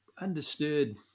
understood